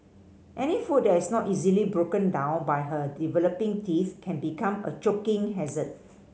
any food that is not easily broken down by her developing teeth can become a choking hazard